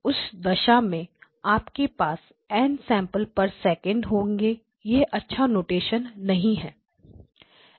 उस दशा में आपके पास n सैंपल पर सेकंड n samplessec होंगे यह अच्छा नोटेशन नहीं है